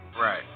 Right